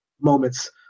moments